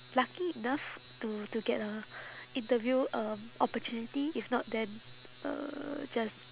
lucky enough to to get a interview um opportunity if not then uh just